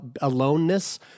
aloneness